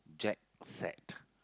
Jet set